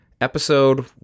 Episode